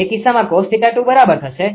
તે કિસ્સામાં cos𝜃2 થશે